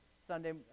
Sunday